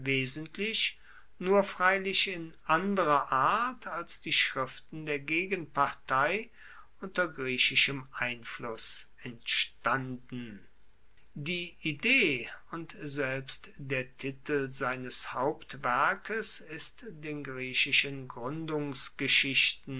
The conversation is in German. wesentlich nur freilich in anderer art als die schriften der gegenpartei unter griechischem einfluss entstanden die idee und selbst der titel seines hauptwerkes ist den griechischen gruendungsgeschichten